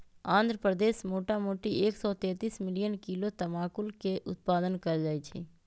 आंध्र प्रदेश मोटामोटी एक सौ तेतीस मिलियन किलो तमाकुलके उत्पादन कएल जाइ छइ